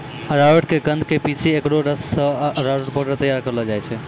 अरारोट के कंद क पीसी क एकरो रस सॅ अरारोट पाउडर तैयार करलो जाय छै